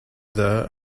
there